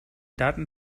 daten